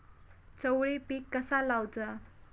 चवळी पीक कसा लावचा?